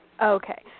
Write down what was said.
Okay